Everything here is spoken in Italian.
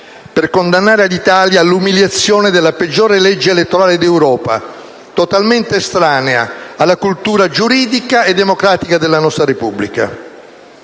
per condannare l'Italia all'umiliazione della peggiore legge elettorale d'Europa, totalmente estranea alla cultura giuridica e democratica della nostra Repubblica.